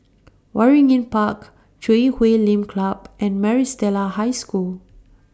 Waringin Park Chui Huay Lim Club and Maris Stella High School